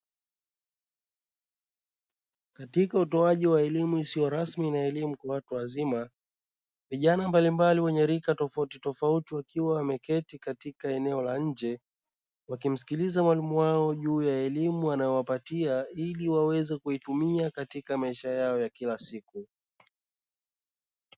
Katika utoaji wa elimu isiyo rasmi na elimu kwa watu wazima, vijana mbalimbali wenye rika tofautitofauti wakiwa wameketi katika eneo la nje wakimsikiliza mwalimu wao juu ya elimu anayowapatia ili waweze kuitumia katika maisha yao ya kila siku.